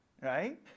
right